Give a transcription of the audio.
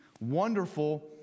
wonderful